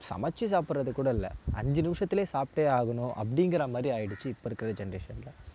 சமச்சு சாப்பிட்றதுக்கூட இல்லை அஞ்சு நிமஷத்துலே சாப்பிட்டே ஆகணும் அப்படீங்கிற மாதிரி ஆயிடுச்சு இப்போ இருக்குகிற ஜென்ரேஷனில்